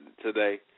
today